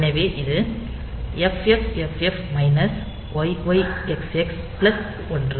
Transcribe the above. எனவே இது FFFF YYXX 1